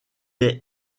est